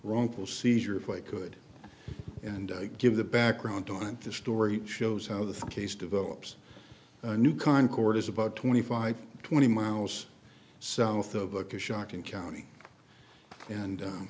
wrongful seizure if i could and give the background on the story shows how the case develops new concord is about twenty five twenty miles south of a shocking county and